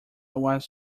was